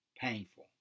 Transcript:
painful